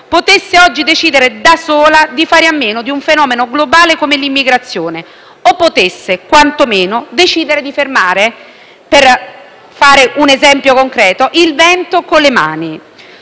potesse oggi decidere da sola di fare a meno di un fenomeno globale come l'immigrazione o potesse quanto meno decidere di fermare - per fare un esempio concreto - il vento con le mani.